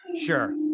Sure